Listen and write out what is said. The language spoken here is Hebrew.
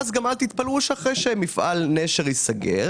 אז אל תתפלאו שאחרי שמפעל "נשר" ייסגר